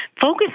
focus